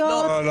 הוא לא עבר.